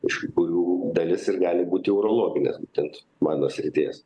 iš kurių dalis ir gali būti urologinės būtent mano srities